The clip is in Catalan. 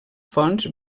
fonts